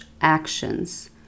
actions